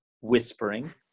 whispering